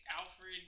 Alfred